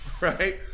Right